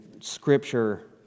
Scripture